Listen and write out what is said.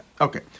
Okay